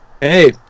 hey